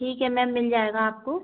ठीक है मेम मिल जाएगा आप को